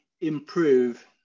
improve